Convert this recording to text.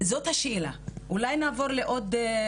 זאת השאלה, אולי נעבור לעוד.